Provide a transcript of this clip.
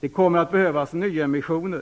Det kommer att behövas nyemissioner.